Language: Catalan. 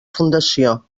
fundació